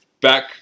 Back